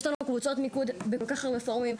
יש לנו קבוצות מיקוד בכל כך הרבה פורומים,